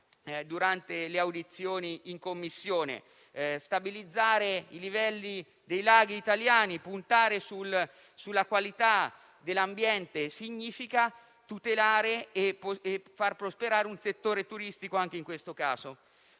durante le audizioni in Commissione. Quindi, anche stabilizzare i livelli dei laghi italiani e puntare sulla qualità dell'ambiente significa tutelare e far prosperare il settore turistico. Questa